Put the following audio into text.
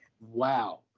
wow